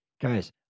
Guys